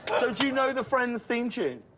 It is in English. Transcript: so do you know the friends theme tune.